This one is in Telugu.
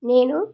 నేను